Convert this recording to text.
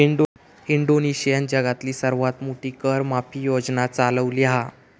इंडोनेशियानं जगातली सर्वात मोठी कर माफी योजना चालवली हा